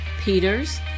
Peters